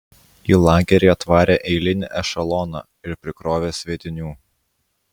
į lagerį atvarė eilinį ešeloną ir prikrovė sviedinių